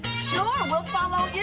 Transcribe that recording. sure! we'll follow